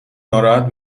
ناراحت